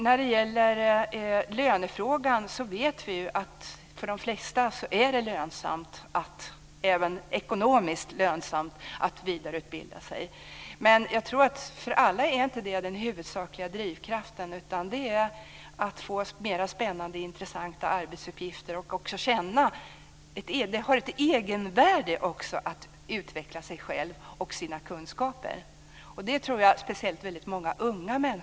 När det gäller lönefrågan vet vi att det för de flesta även ekonomiskt är lönsamt att utbilda sig. För alla är det inte den huvudsakliga drivkraften, utan det är att få mer spännande och intressanta arbetsuppgifter. Det har också ett egenvärde att utveckla sig och sina kunskaper. Det tror jag gäller speciellt för många ungdomar.